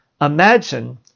Imagine